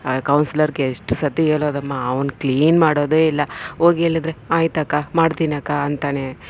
ಆ ಕೌನ್ಸ್ಲರ್ಗೆ ಎಷ್ಟು ಸತಿ ಹೇಳೋದಮ್ಮ ಅವ್ನು ಕ್ಲೀನ್ ಮಾಡೋದೆ ಇಲ್ಲ ಹೋಗಿ ಹೇಳಿದ್ರೆ ಆಯ್ತು ಅಕ್ಕ ಮಾಡ್ತಿನಕ್ಕ ಅಂತಾನೆ